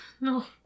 No